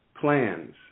plans